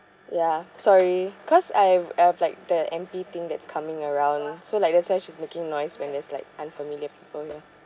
ya sorry cause I've I have like the M_P thing that's coming around so like that's why she's making noise when there's like unfamiliar people here